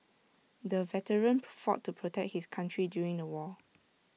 the veteran fought to protect his country during the war